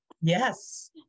Yes